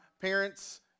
parents